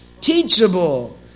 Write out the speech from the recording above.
Teachable